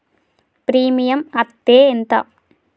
Premium అత్తే ఎంత?